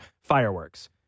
fireworks